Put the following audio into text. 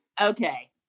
Okay